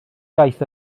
iaith